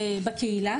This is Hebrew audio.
בקהילה.